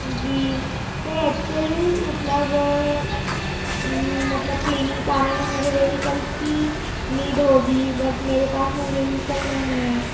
जी sir actual मतलब मतलब clinic आने में मुझे वेहिकल की नीड होगी बट मेरे पास में वेहिकल नहीं है